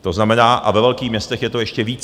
To znamená a ve velkých městech je to ještě více.